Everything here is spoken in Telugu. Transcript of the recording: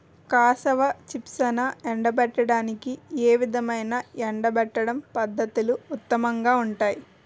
కాసావా చిప్స్ను ఎండబెట్టడానికి ఏ విధమైన ఎండబెట్టడం పద్ధతులు ఉత్తమంగా ఉంటాయి?